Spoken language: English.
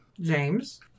James